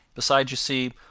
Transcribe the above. besides, you see,